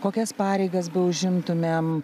kokias pareigas beužimtumėm